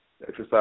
exercise